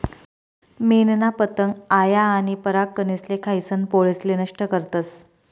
मेनना पतंग आया आनी परागकनेसले खायीसन पोळेसले नष्ट करतस